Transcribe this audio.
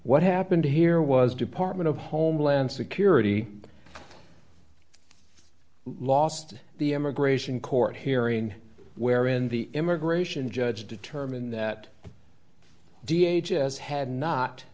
what happened here was department of homeland security last the immigration court hearing where in the immigration judge determined that d h has had not